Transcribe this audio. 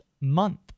month